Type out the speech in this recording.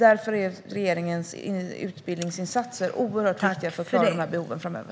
Därför är regeringens utbildningsinsatser oerhört viktiga för att vi ska klara behoven framöver.